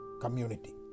community